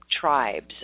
tribes